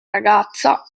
ragazza